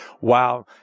wow